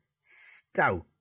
stout